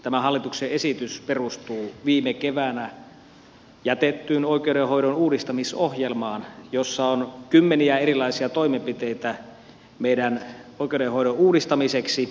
tämä hallituksen esitys perustuu viime keväänä jätettyyn oikeudenhoidon uudistamisohjelmaan jossa on kymmeniä erilaisia toimenpiteitä meidän oikeudenhoidon uudistamiseksi